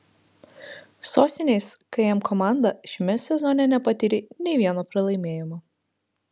sostinės km komanda šiame sezone nepatyrė nei vieno pralaimėjimo